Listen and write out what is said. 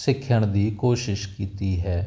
ਸਿੱਖਣ ਦੀ ਕੋਸ਼ਿਸ਼ ਕੀਤੀ ਹੈ